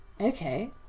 Okay